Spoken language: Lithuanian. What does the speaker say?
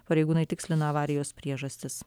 pareigūnai tikslina avarijos priežastis